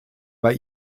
bei